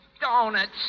Donuts